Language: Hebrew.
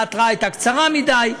ההתראה הייתה קצרה מדי.